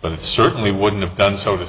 but it certainly wouldn't have done so to